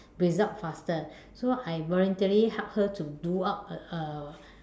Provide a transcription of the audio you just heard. result faster so I voluntarily helped her to do up a a